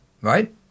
Right